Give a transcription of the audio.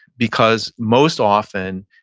because most often,